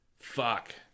fuck